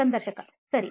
ಸಂದರ್ಶಕ ಸರಿ